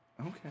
Okay